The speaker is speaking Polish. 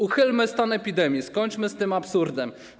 Uchylmy stan epidemii, skończmy z tym absurdem.